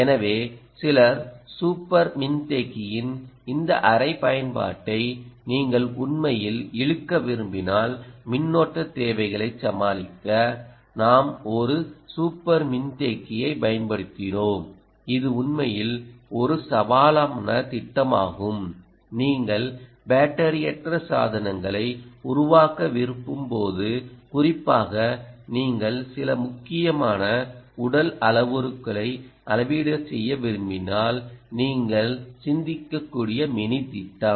எனவேசில super மின்தேக்கியின் இந்த அரை பயன்பாட்டை நீங்கள் உண்மையில் இழுக்க விரும்பினால் மின்னோட்ட தேவைகளை சமாளிக்க நாம் ஒரு சூப்பர் மின்தேக்கியைப் பயன்படுத்தினோம் இது உண்மையில் ஒரு சவாலான திட்டமாகும் நீங்கள் பேட்டரியற்ற சாதனங்களை உருவாக்க விரும்பும் போது குறிப்பாக நீங்கள் சில முக்கியமான உடல் அளவுருக்களை அளவீடு செய்ய விரும்பினால் நீங்கள் சிந்திக்கக் கூடிய மினிதிட்டம்